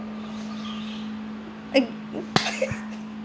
eh